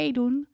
doen